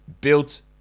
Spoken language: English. built